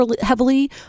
heavily